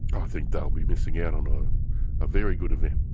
i think they'll be missing out on on a very good event.